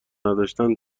نداشتن